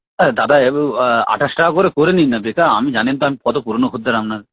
দাদা আঠাশ টাকা করে করে নিন না বেকার আমি জানেন তো আমি কত পুরনো খদ্দের আপনার